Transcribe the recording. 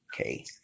Okay